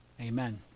Amen